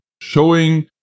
showing